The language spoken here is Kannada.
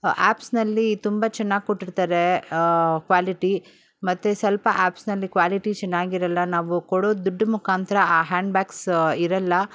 ಆ್ಯಪ್ಸ್ನಲ್ಲಿ ತುಂಬ ಚೆನ್ನಾಗಿ ಕೊಟ್ಟಿರ್ತಾರೆ ಕ್ವಾಲಿಟಿ ಮತ್ತು ಸ್ವಲ್ಪ ಆ್ಯಪ್ಸ್ನಲ್ಲಿ ಕ್ವಾಲಿಟಿ ಚೆನ್ನಾಗಿರೋಲ್ಲ ನಾವು ಕೊಡೋ ದುಡ್ಡು ಮುಖಾಂತರ ಆ ಹ್ಯಾಂಡ್ ಬ್ಯಾಗ್ಸ್ ಇರೋಲ್ಲ